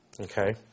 Okay